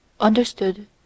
understood